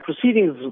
proceedings